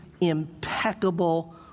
impeccable